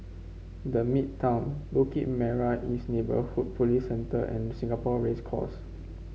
The Midtown Bukit Merah East Neighbourhood Police Centre and Singapore Race Course